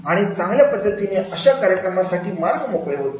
आणि चांगल्या पद्धतीने अशा कार्यक्रमासाठी मार्ग मोकळे होतील